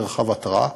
מרחב התרעה,